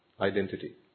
identity